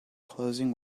closing